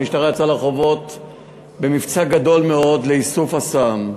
המשטרה יצאה לרחובות במבצע גדול מאוד לאיסוף הסם.